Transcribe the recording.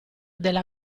della